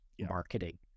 marketing